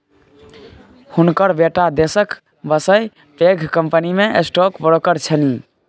हुनकर बेटा देशक बसे पैघ कंपनीमे स्टॉक ब्रोकर छनि